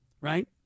right